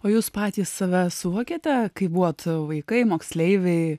o jūs patys save suvokiate kaip buvot vaikai moksleiviai